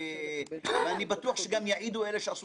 אני חוזר בי,